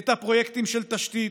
את הפרויקטים של תשתית,